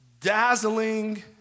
dazzling